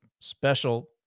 special